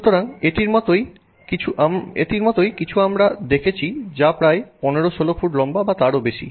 সুতরাং এটির মতই কিছু আমরা দেখছি যা প্রায় 15 16 ফুট লম্বা বা তারও বেশি